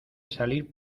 salir